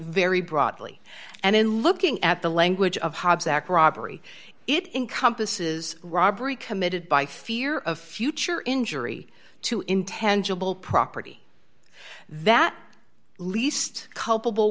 very broadly and in looking at the language of hobbs act robbery it encompasses robbery committed by fear of future injury to intend jubal property that least culpable